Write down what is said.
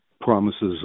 promises